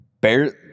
Bear